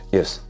Yes